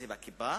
זה בקיבה,